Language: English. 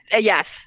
yes